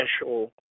special